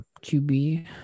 QB